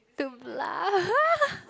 to